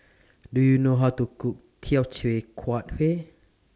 Do YOU know How to Cook Teochew Huat Kuih